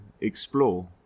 explore